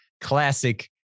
classic